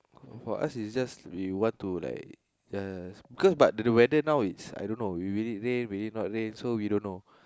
for us is just we want to like just because but the weather now is I don't know do it rain do it not rain we don't know